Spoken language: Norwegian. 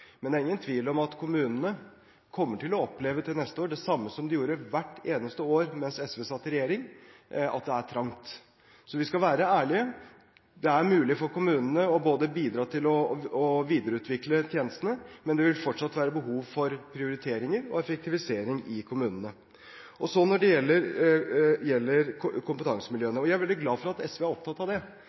Men det er ingen tvil om at kommunene til neste år kommer til å oppleve det samme som de gjorde hvert eneste år mens SV satt i regjering, at det er trangt. Så vi skal være ærlige. Det er mulig for kommunene å bidra til å videreutvikle tjenestene, men det vil fortsatt være behov for prioriteringer og effektivisering i kommunene. Når det gjelder kompetansemiljøene, er jeg veldig glad for at SV er opptatt av det.